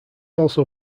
also